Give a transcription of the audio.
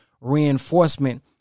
reinforcement